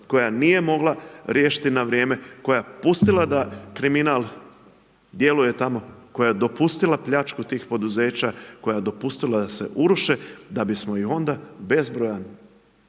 koja nije riješiti na vrijeme, koja je pustila da kriminal djeluje tamo, koja je dopustila pljačku tih poduzeća, koja je dopustila da se uruše, da bismo ih onda bezbroj